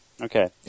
Okay